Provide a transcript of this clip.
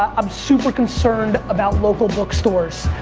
i'm super concerned about local bookstores.